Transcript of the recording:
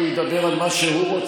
הוא ידבר על מה שהוא,